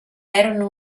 erano